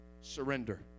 surrender